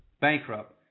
bankrupt